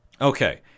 Okay